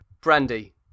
Brandy